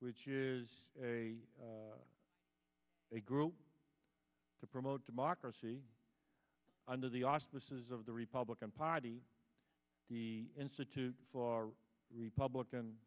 which is a a group to promote democracy under the auspices of the republican party the institute for republican